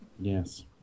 Yes